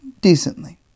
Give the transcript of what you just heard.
decently